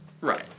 Right